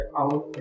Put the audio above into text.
out